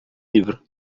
livro